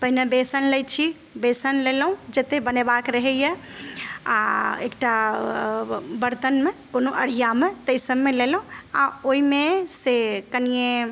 पहिने बेसन लै छी बेसन लेलहुँ जते बनेबाक रहइए आओर एक टा बरतनमे कोनो अढ़ियामे तइ सबमे लेलहुँ आओर ओइमे सँ कनिये